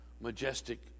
majestic